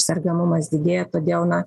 sergamumas didėja todėl na